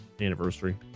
anniversary